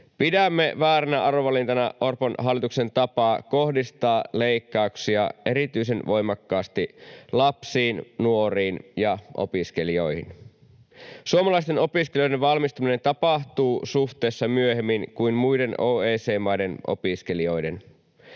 Pidämme vääränä arvovalintana Orpon hallituksen tapaa kohdistaa leikkauksia erityisen voimakkaasti lapsiin ja nuoriin ja opiskelijoihin. Suomalaisten opiskelijoiden valmistuminen tapahtuu suhteessa myöhemmin kuin muiden OECD-maiden opiskelijoiden.